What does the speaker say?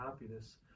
happiness